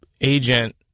Agent